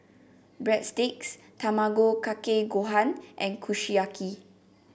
Breadsticks Tamago Kake Gohan and Kushiyaki